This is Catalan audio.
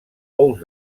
ous